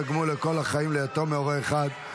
תגמול לכל החיים ליתום מהורה אחד),